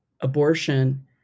Abortion